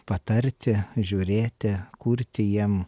patarti žiūrėti kurti jiem